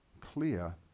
clear